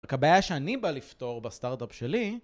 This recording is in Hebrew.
הבעייה שאני בא לפתור בסטארט-אפ שלי